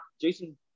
Jason